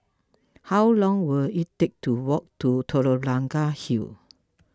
how long will it take to walk to Telok Blangah Hill